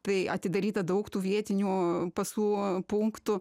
tai atidaryta daug tų vietinių pasų punktų